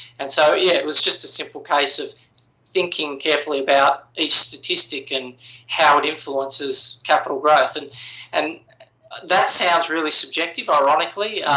and so, yeah, it was just a simple case of thinking carefully about each statistic and how it influences capital growth. and and that sounds really subjective, ironically.